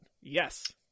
Yes